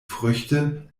früchte